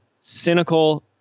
cynical